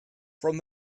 from